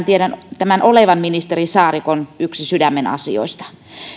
tiedän tämän olevan ministeri saarikon yksi sydämenasioista